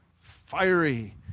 fiery